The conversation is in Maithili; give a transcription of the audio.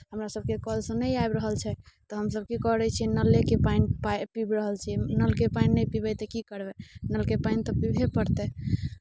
हमरासभके कलसँ नहि आबि रहल छै तऽ हमसभ की करै छियै नलेके पाइन पीब रहल छियै नल के पानि नहि पीबै तऽ की करबै नलके पाइन तऽ पीबहे पड़तै